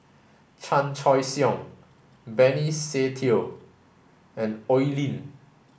Chan Choy Siong Benny Se Teo and Oi Lin